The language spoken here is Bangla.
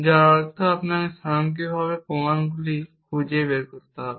যার অর্থ আপনাকে স্বয়ংক্রিয়ভাবে প্রমাণগুলি খুঁজে বের করতে হবে